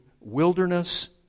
wilderness